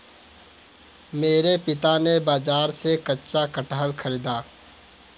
मेरे पिता ने बाजार से कच्चा कटहल खरीदा